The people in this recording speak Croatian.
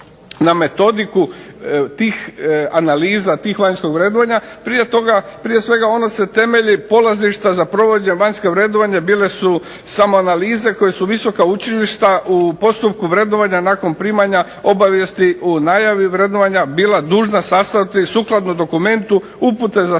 na metodiku tih analiza, tih vanjskog vrednovanja, prije toga, prije svega oni se temelje polazišta za provođenje vanjskog vrednovanja bile su samo analize koje su visoka učilišta u postupku vrednovanja nakon primanja obavijesti u najavi vrednovanja bila dužna sastaviti sukladno dokumentu upute za